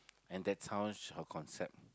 and that's how she her concept